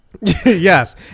Yes